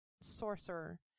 sorcerer